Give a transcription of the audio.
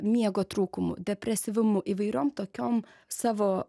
miego trūkumu depresyvumu įvairiom tokiom savo